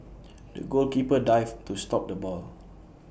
the goalkeeper dived to stop the ball